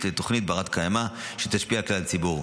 לתוכנית בת-קיימא שתשפיע על כלל הציבור.